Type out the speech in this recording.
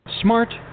Smart